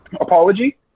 apology